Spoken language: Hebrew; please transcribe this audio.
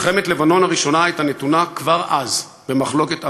מלחמת לבנון הראשונה הייתה נתונה כבר אז במחלוקת עמוקה,